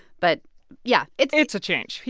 but yeah. it's it's a change.